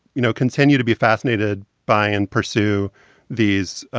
you know, continue to be fascinated by and pursue these,